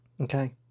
Okay